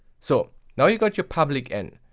so now you got your public n.